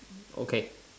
okay